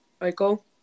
Michael